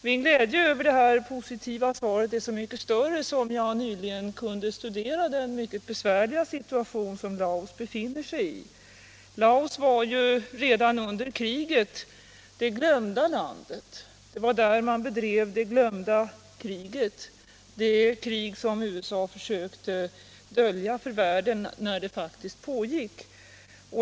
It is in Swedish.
Min glädje över svaret är så mycket större som jag nyligen kunde studera den mycket besvärliga situation Laos befinner sig i. Laos var ju redan under kriget det glömda landet. Det var där man bedrev det glömda kriget, det krig som USA försökte dölja för världen när det faktiskt pågick.